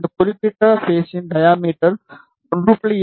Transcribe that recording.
இந்த குறிப்பிட்ட பேஸின் டையாமீட்டர் 1